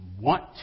want